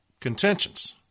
contentions